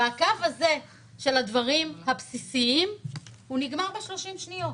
והקו הזה של הדברים הבסיסיים נגמר ב-30 שניות.